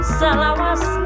salawas